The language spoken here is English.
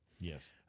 Yes